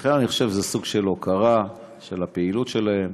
לכן, אני חושב שזה סוג של הוקרה על הפעילות שלהם.